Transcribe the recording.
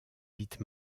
vite